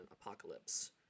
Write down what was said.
Apocalypse